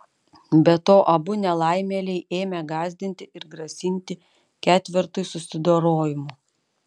be to abu nelaimėliai ėmę gąsdinti ir grasinti ketvertui susidorojimu